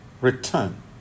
return